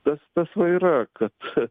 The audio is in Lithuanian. tas tas va yra kad